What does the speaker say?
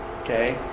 Okay